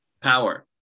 power